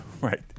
Right